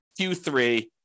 Q3